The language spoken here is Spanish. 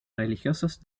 religiosos